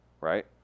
right